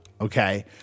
okay